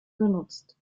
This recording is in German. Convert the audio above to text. genutzt